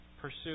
Pursue